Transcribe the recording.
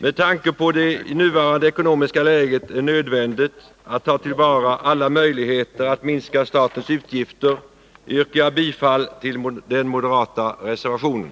Med tanke på att det i nuvarande ekonomiska läge är nödvändigt att ta till vara alla möjligheter att minska statens utgifter yrkar jag bifall till den moderata reservationen.